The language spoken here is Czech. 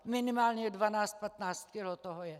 Minimálně dvanáct patnáct kilo toho je.